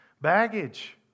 baggage